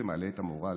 זה מעלה את המורל.